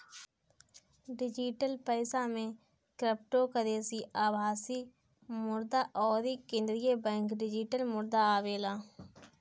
digital पईसा में cryptocurrency, आभासी मुद्रा अउरी केंद्रीय बैंक डिजिटल मुद्रा आवेला